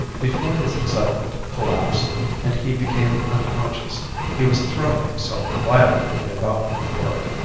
before his excitement collapsed and he became unconscious he was throwing himself violently about in the dark,